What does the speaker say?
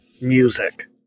Music